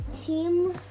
team